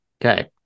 okay